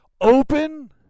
open